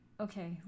okay